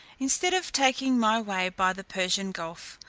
instead of taking my way by the persian gulf,